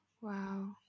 Wow